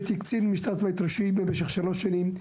הייתי קצין משטרה צבאית ראשי במשך שלוש שנים,